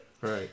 Right